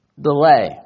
delay